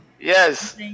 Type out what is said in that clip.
Yes